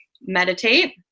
meditate